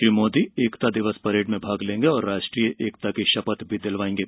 Shri Modi Ekta Diwas parade में भाग लेंगे और राष्ट्रीय एकता की शपथ भी दिलाएंगे